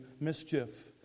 mischief